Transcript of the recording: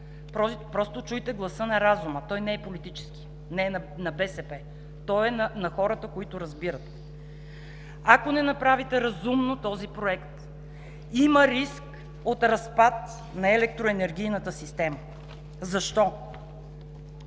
Просто чуйте гласа на разума – той не е политически, не е на БСП, той е на хората, които разбират. Ако не направите разумно този проект, има риск от разпад на електроенергийната система. Защо?